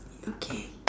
okay